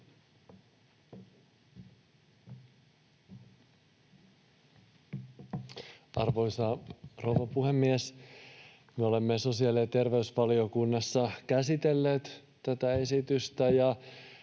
Arvoisa rouva puhemies! Me olemme sosiaali- ja terveysvaliokunnassa käsitelleet tätä esitystä,